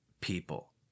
people